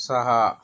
सहा